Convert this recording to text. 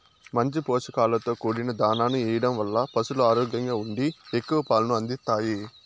మంచి పోషకాలతో కూడిన దాణాను ఎయ్యడం వల్ల పసులు ఆరోగ్యంగా ఉండి ఎక్కువ పాలను అందిత్తాయి